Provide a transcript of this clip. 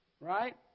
right